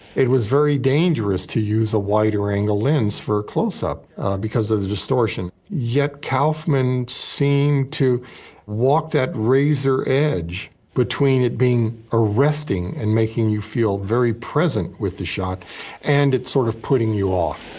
it was very dangerous to use a wider angle lens for close up because there's a distortion. yet kaufman seemed to walk that razor edge between it being arresting and making you feel very present with the shot and it's sort of putting you off